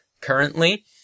currently